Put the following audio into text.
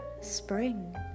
spring